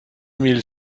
mille